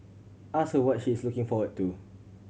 ask her what she is looking forward to